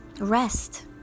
Rest